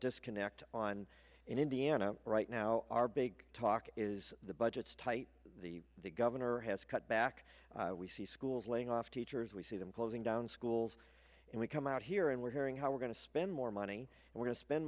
disconnect on in indiana right now our big talk is the budgets tight the the governor has cut back we see schools laying off teachers we see them closing down schools and we come out here and we're hearing how we're going to spend more money we're going to spend